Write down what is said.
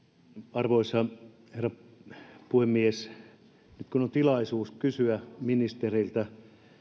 arvoisa herra puhemies nyt on tilaisuus kysyä ministeriltä